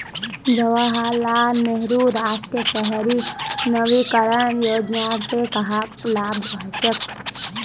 जवाहर लाल नेहरूर राष्ट्रीय शहरी नवीकरण योजनार स कहाक लाभ हछेक